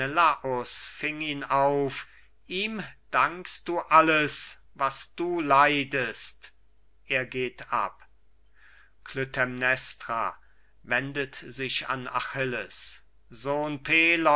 ihn auf ihm dankst du alles was du leidest er geht ab klytämnestra wendet sich an achilles sohn